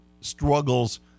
struggles